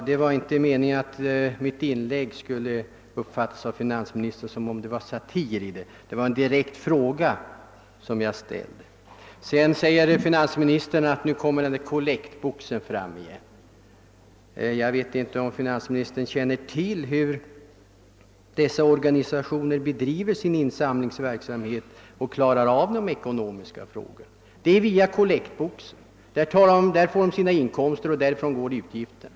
Herr talman! Meningen var inte att finansministern skulle uppfatta mitt anförande så, att det låg satir i det. Det var endast en direkt fråga jag ställde. Finansministern säger, att nu kommer kollektboxen fram igen. Jag vet inte om finansministern känner till hur dessa organisationer bedriver sin insamlingsverksamhet och hur de avklarar de ekonomiska frågorna. Inkomsterna kommer via kollektboxen och därifrån bestrids utgifterna.